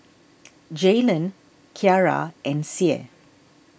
Jaylen Kyara and Sie